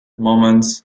moments